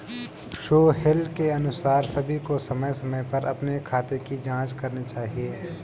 सोहेल के अनुसार सभी को समय समय पर अपने खाते की जांच करनी चाहिए